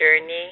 journey